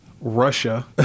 Russia